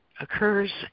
occurs